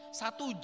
satu